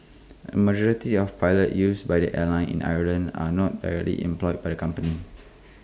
A majority of pilots used by the airline in Ireland are not directly employed by the company